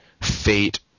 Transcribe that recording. fate